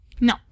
No